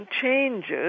changes